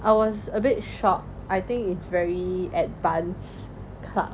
I was a bit shocked I think it's very advance club